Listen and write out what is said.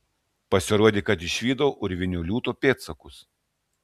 pasirodė kad išvydau urvinio liūto pėdsakus